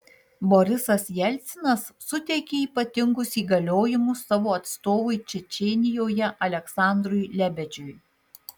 borisas jelcinas suteikė ypatingus įgaliojimus savo atstovui čečėnijoje aleksandrui lebedžiui